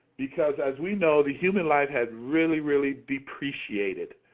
because, as we know, the human life has really really depreciated.